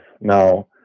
Now